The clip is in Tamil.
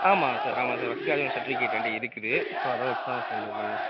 ஆமாம் சார் ஆமாம் சார் ஃபஸ்ட்டு கிராஜுவேட் சர்ட்டிவிகேட் என்ட்ட இருக்குது ஸோ அதை வைச்சி தான் சார் மூவ் பண்ணணும்